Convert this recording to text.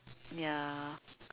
ya